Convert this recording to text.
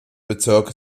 bezirke